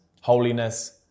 holiness